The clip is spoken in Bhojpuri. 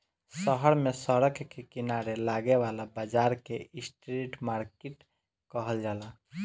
शहर में सड़क के किनारे लागे वाला बाजार के स्ट्रीट मार्किट कहल जाला